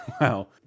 Wow